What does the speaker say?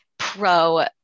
pro